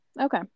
Okay